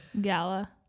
gala